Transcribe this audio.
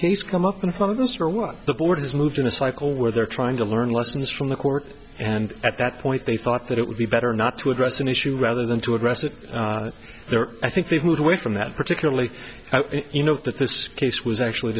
case come up in front of this or what the board is moved in a cycle where they're trying to learn lessons from the court and at that point they thought that it would be better not to address an issue rather than to address it there i think they've moved away from that particularly enough that this case was actually